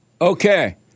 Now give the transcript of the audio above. Okay